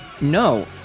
no